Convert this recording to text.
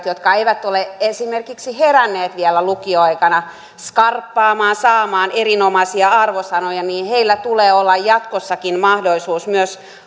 jotka eivät ole esimerkiksi heränneet vielä lukioaikana skarppaamaan saamaan erinomaisia arvosanoja tulee olla jatkossakin mahdollisuus myös